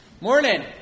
Morning